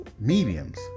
mediums